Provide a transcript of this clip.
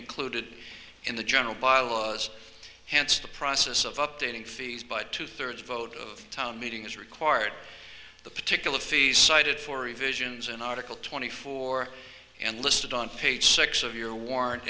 included in the general bylaws hence the process of updating fees by two thirds vote of town meetings required the particular fees cited for evasions in article twenty four and listed on page six of your warrant